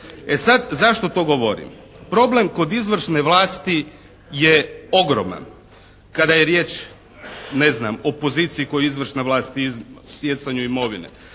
E sad zašto to govorim? Problem kod izvršne vlasti je ogroman. Kada je riječ, ne znam, koju izvršna vlast i stjecanju imovine,